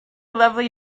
lovely